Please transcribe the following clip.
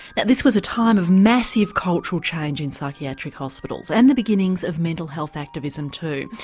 this was a time of massive cultural change in psychiatric hospitals and the beginnings of mental health activism too.